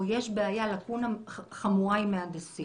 או יש בעיה, לקונה חמורה עם מהנדסים.